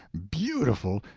beautiful,